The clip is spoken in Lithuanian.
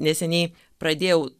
neseniai pradėjau